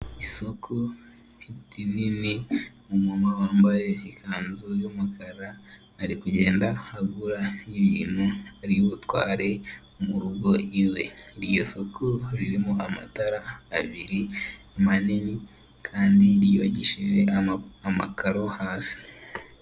Isoko rirnini, umumama wambaye ikanzu y'umukara ari kugenda agura ibintu ari butware mu rugo iwe, iryo soko ririmo amatara abiri manini kandi ryubakishije amakaro hasi.